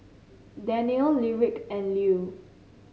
Danniel Lyric and Lue